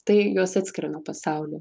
tai juos atskiria nuo pasaulio